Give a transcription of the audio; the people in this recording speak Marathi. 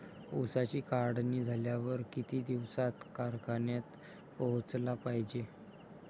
ऊसाची काढणी झाल्यावर किती दिवसात कारखान्यात पोहोचला पायजे?